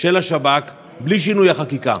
של השב"כ בלי שינוי החקיקה.